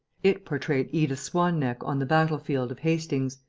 it portrayed edith swan-neck on the battlefield of hastings,